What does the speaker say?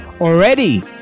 already